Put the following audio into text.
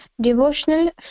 Devotional